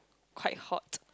quite hot